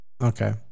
Okay